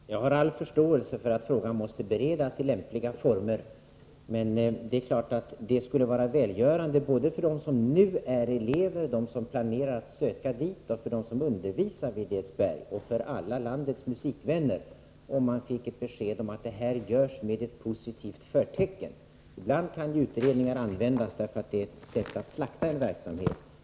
Herr talman! Jag har all förståelse för att frågan måste beredas i lämpliga former. Men det skulle vara välgörande både för dem som nu är elever, för dem som planerar att söka till skolan, för dem som undervisar vid Edsberg och för alla landets musikvänner, om man fick beskedet att utredningen görs med positiva förtecken. Ibland kan ju utredningar användas som ett sätt att slakta en verksamhet.